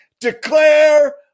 declare